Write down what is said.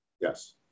Yes